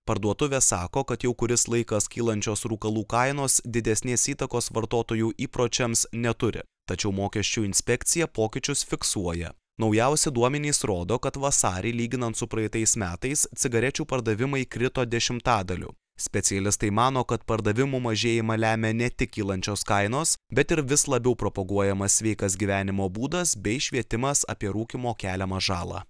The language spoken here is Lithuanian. parduotuvės sako kad jau kuris laikas kylančios rūkalų kainos didesnės įtakos vartotojų įpročiams neturi tačiau mokesčių inspekcija pokyčius fiksuoja naujausi duomenys rodo kad vasarį lyginant su praeitais metais cigarečių pardavimai krito dešimtadaliu specialistai mano kad pardavimų mažėjimą lemia ne tik kylančios kainos bet ir vis labiau propaguojamas sveikas gyvenimo būdas bei švietimas apie rūkymo keliamą žalą